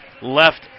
left